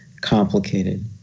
complicated